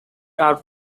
are